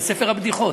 בספר הבדיחות,